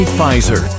Pfizer